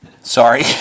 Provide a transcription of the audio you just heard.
Sorry